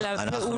הישיר.